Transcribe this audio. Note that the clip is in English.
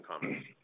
comments